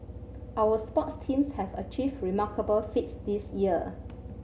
our sports teams have achieved remarkable feats this year